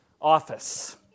office